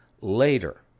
later